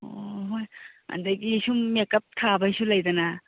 ꯑꯣ ꯍꯣꯏ ꯑꯗꯨꯗꯒꯤ ꯁꯨꯝ ꯃꯦꯛꯀꯞ ꯊꯥꯕꯒꯤꯁꯨ ꯂꯩꯗꯅ